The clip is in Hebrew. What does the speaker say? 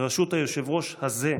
בראשות היושב-ראש הזה,